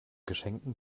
geschenkten